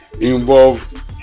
involve